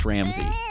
Ramsey